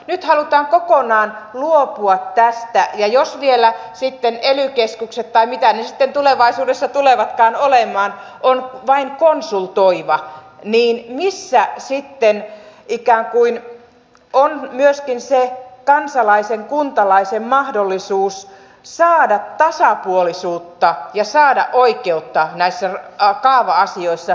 nyt halutaan kokonaan luopua tästä ja jos vielä sitten ely keskus tai mitä ne sitten tulevaisuudessa tulevatkaan olemaan on vain konsultoiva niin missä sitten ikään kuin on myöskin se kansalaisen kuntalaisen mahdollisuus saada tasapuolisuutta ja saada oikeutta näissä kaava asioissa